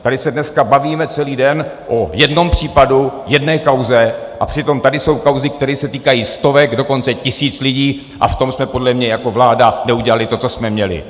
Tady se dneska bavíme celý den o jednom případu, o jedné kauze, přitom tady jsou kauzy, které se týkají stovek, dokonce tisíc lidí, a v tom jsme podle mě jako vláda neudělali to, co jsme měli.